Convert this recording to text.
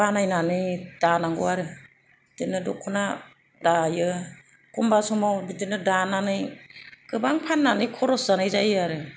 बानायनानै दानांगौ आरो बिदिनो दख'ना दायो एखमब्ला समाव गोबां फाननानै खरस जानाय जायो आरो